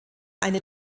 eine